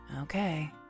Okay